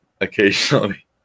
occasionally